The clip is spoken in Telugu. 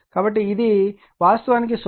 కాబట్టి ఇది వాస్తవానికి 0